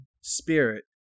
spirit